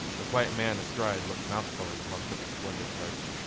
the quiet man astride looked mouse-colored upon such a splendid charger.